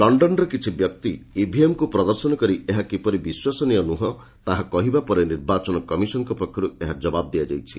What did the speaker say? ଲଣ୍ଣନରେ କିଛି ବ୍ୟକ୍ତି ଇଭିଏମ୍କୁ ପ୍ରଦର୍ଶନ କରି ଏହା କିପରି ବିଶ୍ୱସନୀୟ ନୁହେଁ ତାହା କହିବା ପରେ ନିର୍ବାଚନ କମିଶନଙ୍କ ପକ୍ଷରୁ ଏହାର ଜବାବ ଦିଆଯାଇଛି